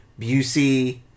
Busey